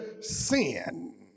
sin